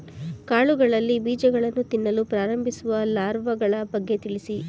ಕಾಳುಗಳಲ್ಲಿ ಬೀಜಗಳನ್ನು ತಿನ್ನಲು ಪ್ರಾರಂಭಿಸುವ ಲಾರ್ವಗಳ ಬಗ್ಗೆ ತಿಳಿಸಿ?